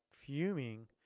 fuming